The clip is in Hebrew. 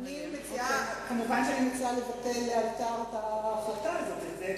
מובן שאני מציעה לבטל לאלתר את ההחלטה הזאת.